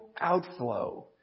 outflow